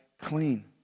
clean